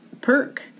Perk